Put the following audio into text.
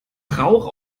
rauch